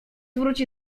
wróci